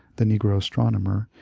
the negpro astronomer,